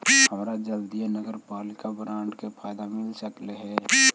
हमरा जल्दीए नगरपालिका बॉन्ड के फयदा मिल सकलई हे